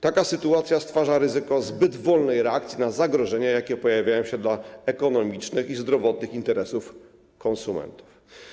Taka sytuacja stwarza ryzyko zbyt wolnej reakcji na zagrożenia, jakie pojawiają się dla ekonomicznych i zdrowotnych interesów konsumentów.